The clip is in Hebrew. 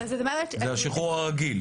זה השחרור הרגיל.